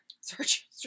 Search